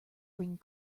bring